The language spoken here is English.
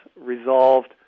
resolved